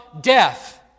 death